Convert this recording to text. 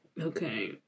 Okay